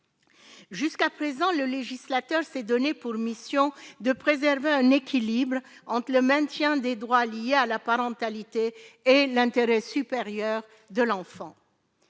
Jusqu'à présent, le législateur s'est donné pour mission de préserver un équilibre entre le maintien des droits liés à la parentalité et l'intérêt supérieur de l'enfant